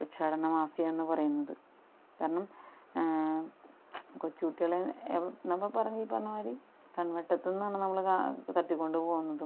ഭിക്ഷാടനമാഫിയ എന്ന് പറയുന്നത് കാരണം കൊച്ചുകുട്ടികളെ നമ്മൾ പറഞ്ഞ ഈ പറഞ്ഞമാതിരി കൺവെട്ടത്ത് നിന്നാണ് നമ്മൾ കാ തട്ടിക്കൊണ്ടുപോകുന്നതും